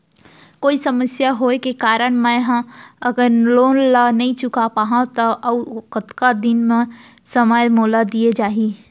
कोई समस्या होये के कारण मैं हा अगर लोन ला नही चुका पाहव त अऊ कतका दिन में समय मोल दीये जाही?